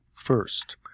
First